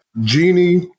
Genie